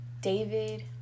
David